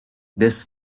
this